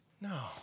No